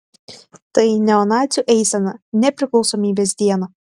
tai neonacių eisena nepriklausomybės dieną